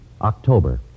October